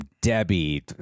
Debbie